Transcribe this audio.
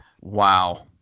Wow